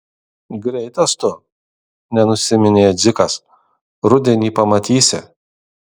greitas tu nenusiminė dzikas rudenį pamatysi